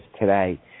today